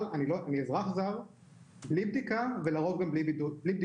את רמת המסוכנות של וריאנט,